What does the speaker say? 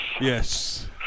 Yes